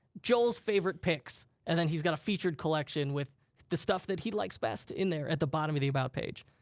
joel's favorite picks, and then he's got a featured collection with the stuff that he likes best in there at the bottom of the about page.